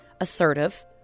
assertive